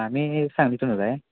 आम्ही सांगलीतूनच आहे